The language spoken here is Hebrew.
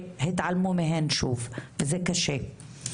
והתעלמו מהן שוב, וזה קשה.